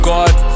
God